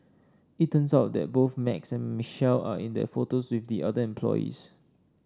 it turns out that both Max and Michelle are in the photos with the other employees